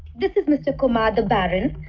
this is mr. kumar, the baron.